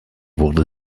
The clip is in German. wurde